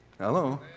Hello